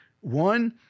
one